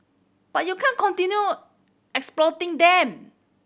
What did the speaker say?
but you can't continue exploiting them